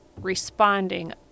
responding